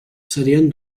serien